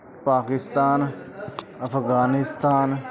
Pakistan Afghanistan